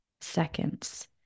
seconds